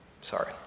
Sorry